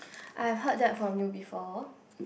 I heard that from you before